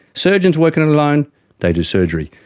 surgeons working alone, they do surgery,